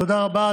תודה רבה.